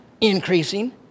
increasing